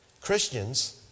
Christians